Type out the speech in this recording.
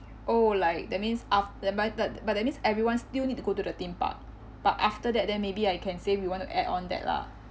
oh like that means af~ am I but but that means everyone still need to go to the theme park but after that then maybe I can say we want to add on that lah